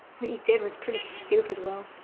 what you did was pretty stupid, will.